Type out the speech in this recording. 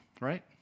right